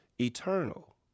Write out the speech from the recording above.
eternal